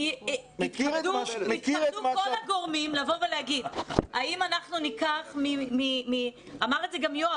יתכבדו כל הגורמים ויגידו אמר את זה גם יואב